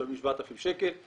משלמים 7,000 שקל,